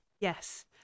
yes